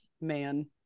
man